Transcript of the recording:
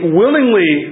willingly